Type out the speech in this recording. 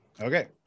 okay